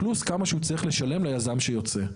פלוס כמה שהוא צריך לשלם ליזם שיוצא.